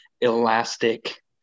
elastic